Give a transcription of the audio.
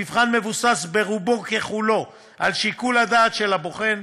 המבחן מבוסס רובו ככולו על שיקול הדעת של הבוחן.